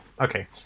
okay